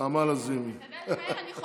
לסדר-היום מס'